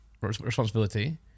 responsibility